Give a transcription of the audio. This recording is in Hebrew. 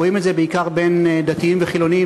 רואים את זה בעיקר בין דתיים וחילונים,